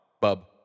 Bub